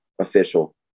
official